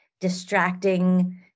distracting